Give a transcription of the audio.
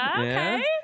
okay